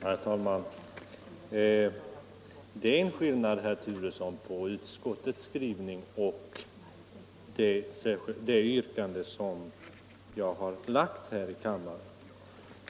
Herr talman! Det finns en skillnad, herr Turesson, mellan utskottets skrivning och det yrkande som jag har framställt i kammaren.